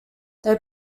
they